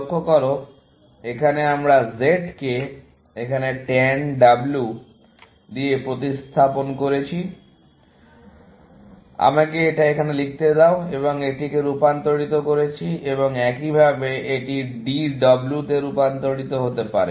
লক্ষ্য করো এখানে আমরা Z কে এখানে tan W দিয়ে প্রতিস্থাপন করেছি আমাকে এটা এখানে লিখতে দাও এবং এটিতে রূপান্তরিত করেছি এবং একইভাবে এটি d w তে রূপান্তরিত হতে পারে